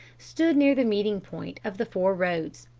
stood near the meeting point of the four roads,